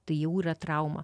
tai jau yra trauma